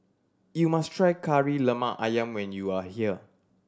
you must try Kari Lemak Ayam when you are here